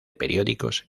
periódicos